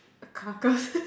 carcass